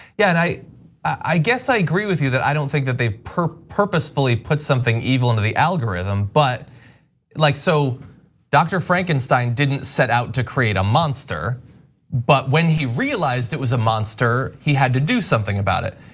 yeah, and i i guess i agree with you that i don't think that they've purposefully put something evil into the algorithm. but like so dr. frankenstein didn't set out to create a monster but when he realized it was a monster, he had to do something about it.